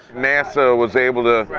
nasa was able to